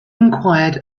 inquired